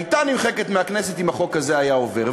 הייתה נמחקת מהכנסת אם החוק הזה היה עובר.